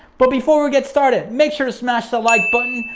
but before we get started, make sure to smash the like button,